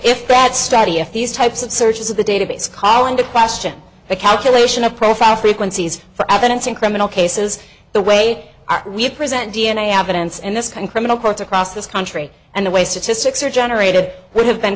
bad study if these types of searches of the database calling the question the calculation of profound frequencies for evidence in criminal cases the way we present d n a evidence in this kind criminal courts across this country and the way statistics are generated would have been